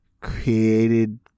created